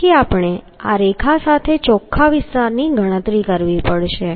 તેથી આપણે આ રેખા સાથે ચોખ્ખા વિસ્તારની ગણતરી કરવી પડશે